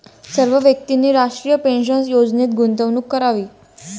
सर्व व्यक्तींनी राष्ट्रीय पेन्शन योजनेत गुंतवणूक करावी